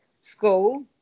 School